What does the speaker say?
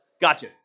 gotcha